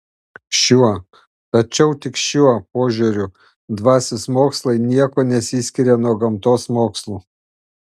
šiuo tačiau tik šiuo požiūriu dvasios mokslai niekuo nesiskiria nuo gamtos mokslų